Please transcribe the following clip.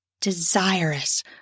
Desirous